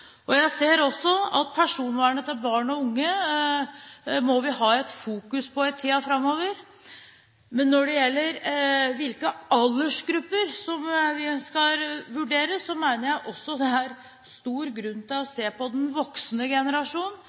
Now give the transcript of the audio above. Jeg ser også at vi må ha fokus på barn og unges personvern i tiden framover. Men når det gjelder hvilke aldersgrupper vi skal vurdere, mener jeg også det er stor grunn til å se på den voksne generasjonen.